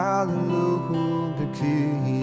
Hallelujah